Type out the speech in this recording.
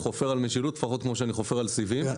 אני חופר על משילות לפחות כמו שאני חופר על סיבים אופטיים.